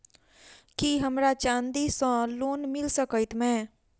की हमरा चांदी सअ लोन मिल सकैत मे?